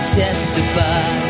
testify